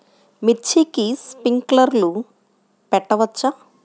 మిర్చికి స్ప్రింక్లర్లు పెట్టవచ్చా?